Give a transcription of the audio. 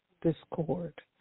discord